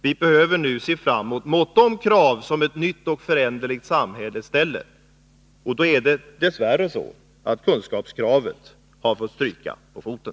Vi behöver nu se fram mot de krav som ett nytt och föränderligt samhälle ställer, och då är det dess värre så att kunskapskravet har fått stryka på foten.